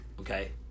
Okay